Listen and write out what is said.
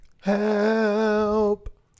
help